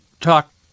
talk